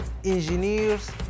engineers